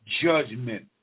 judgment